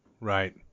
Right